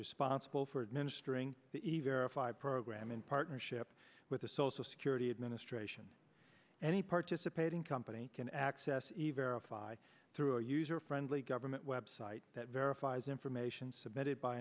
responsible for administering the five program in partnership with the social security administration any participating company can access through our user friendly government website that verifies information submitted by